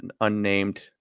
unnamed